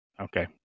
okay